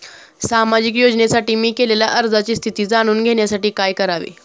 सामाजिक योजनेसाठी मी केलेल्या अर्जाची स्थिती जाणून घेण्यासाठी काय करावे?